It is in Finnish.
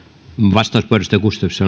arvoisa